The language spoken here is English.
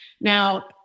Now